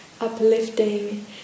uplifting